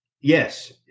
Yes